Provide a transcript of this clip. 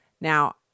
Now